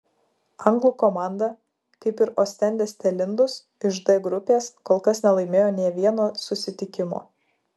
anglų komanda kaip ir ostendės telindus iš d grupės kol kas nelaimėjo nė vieno susitikimo